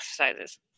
exercises